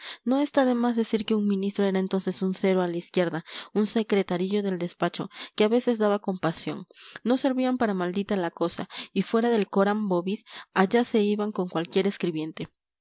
no está demás decir que un ministro era entonces un cero a la izquierda un secretarillo del despacho que a veces daba compasión no servían para maldita la cosa y fuera del coram vobis allá se iban con cualquier escribiente